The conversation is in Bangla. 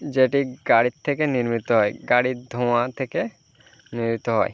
যেটি গাড়ির থেকে নির্মিত হয় গাড়ির ধোঁয়া থেকে নির্মিত হয়